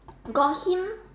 got him